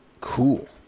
Cool